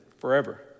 forever